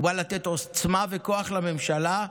הוא בא לתת עוצמה וכוח לממשלה,